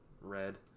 red